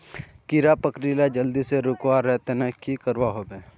कीड़ा पकरिले जल्दी से रुकवा र तने की करवा होबे?